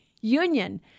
union